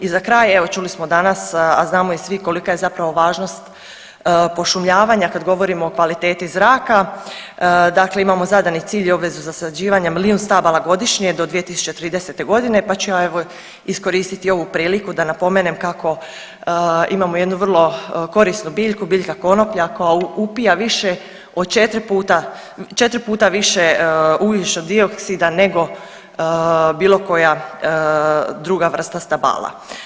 I za kraj, evo čuli smo danas, a znamo i svi kolika je zapravo važnost pošumljavanja kada govorimo o kvaliteti zraka, dakle imamo zadani cilj i obvezu zasađivanja milijun stabala godišnje do 2030.g. pa ću ja evo iskoristiti ovu priliku da napomenem kako imamo jednu vrlu korisnu bilju, biljka konoplja koja upija više od četri puta, četri puta više ugljičnog dioksida nego bilo koja druga vrsta stabala.